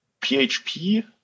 PHP